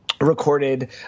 recorded